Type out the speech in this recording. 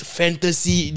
fantasy